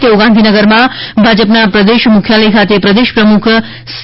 તેઓ ગાંધીનગરમાં ભાજપના પ્રદેશ મુખ્યાલય ખાતે પ્રદેશ પ્રમુખ શ્રી સી